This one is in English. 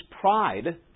pride